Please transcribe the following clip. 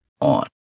on